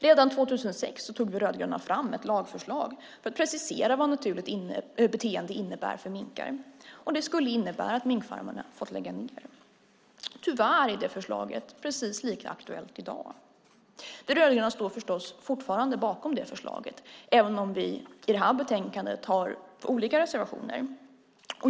Redan 2006 tog vi rödgröna fram ett lagförslag för att precisera vad naturligt beteende innebär för minkar. Det skulle innebära att minkfarmerna fick lägga ned. Tyvärr är detta förslag precis lika aktuellt i dag. Vi rödgröna står förstås fortfarande bakom förslaget även om vi i detta betänkande har olika reservationer.